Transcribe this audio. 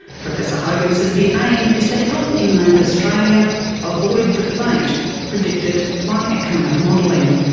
professor hogan says the aim is to help inland australia avoid the fate predicted by economic modelling.